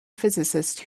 physicist